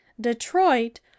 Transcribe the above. Detroit